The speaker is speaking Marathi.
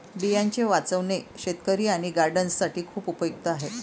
बियांचे वाचवणे शेतकरी आणि गार्डनर्स साठी खूप उपयुक्त आहे